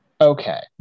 Okay